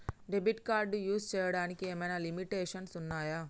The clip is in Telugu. డెబిట్ కార్డ్ యూస్ చేయడానికి ఏమైనా లిమిటేషన్స్ ఉన్నాయా?